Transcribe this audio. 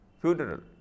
funeral